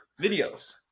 videos